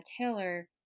Taylor